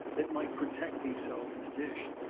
that might protect these cells in a dish.